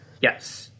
Yes